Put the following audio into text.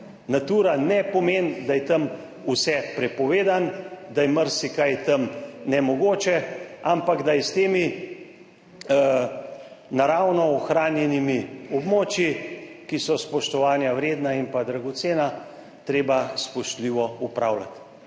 Natura ne pomeni, da je tam vse prepovedano, da je marsikaj tam nemogoče, ampak da je s temi naravno ohranjenimi območji, ki so spoštovanja vredna in pa dragocena, treba spoštljivo upravljati.